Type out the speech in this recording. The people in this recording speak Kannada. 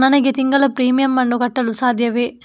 ನನಗೆ ತಿಂಗಳ ಪ್ರೀಮಿಯಮ್ ಅನ್ನು ಕಟ್ಟಲು ಸಾಧ್ಯವೇ?